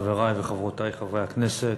חברי וחברותי חברי הכנסת,